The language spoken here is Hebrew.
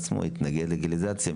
התנגד ללגליזציה.